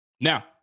Now